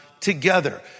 together